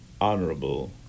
Honorable